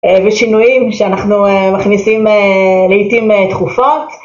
ושינויים שאנחנו מכניסים לעיתים תחופות.